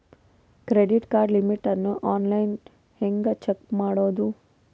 Credit card limit ಅನ್ನು online ಹೆಂಗ್ check ಮಾಡೋದು?